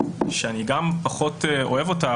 שאני גם פחות אוהב אותה,